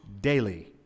daily